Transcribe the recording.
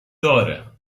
داره